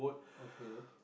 okay